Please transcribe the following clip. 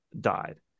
died